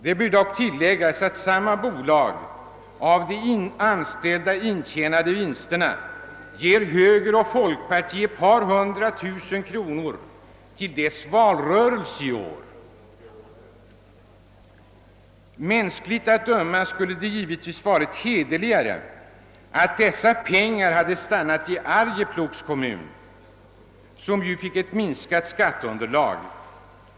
Det bör dock tilläggas, att samma bolag av de av anställda intjänade vinsterna gav högern och folkpartiet ett par hundra tusen kronor till deras valrörelser i år. Mänskligt att döma skulle det givetvis ha varit hederligare att låta dessa pengar stanna i Arjeplogs kommun, som ju fick minskat skatteunderlag.